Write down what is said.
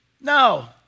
No